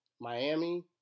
Miami